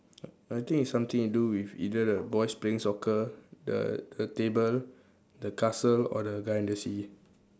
I think it's something to do with either the boys playing soccer the the table the castle or the guy in the sea